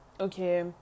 Okay